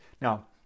Now